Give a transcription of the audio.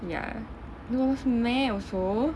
ya it was meh also